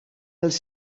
els